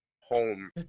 Home